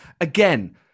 again